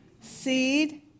Seed